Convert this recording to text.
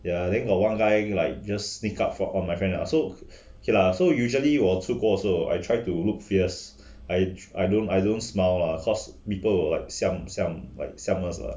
ya then got one guy like just sneak up on on my friend lah so okay lah so usually 我出国的时候 I try to look fierce I I don't I don't smile ah cause people like siam siam like siam us ah